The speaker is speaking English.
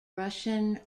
russian